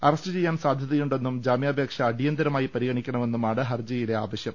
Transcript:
അറസ്റ്റ്ചെയ്യാൻ സാധ്യ തയുണ്ടെന്നും ജാമ്യാപേക്ഷ അടിയന്തരമായി പരിഗണിക്കണ മെന്നുമാണ് ഹർജിയിലെ ആവശ്യം